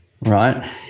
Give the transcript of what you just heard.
right